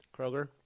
kroger